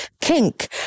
kink